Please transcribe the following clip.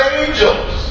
angels